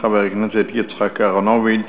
חבר הכנסת יצחק אהרונוביץ,